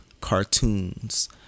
cartoons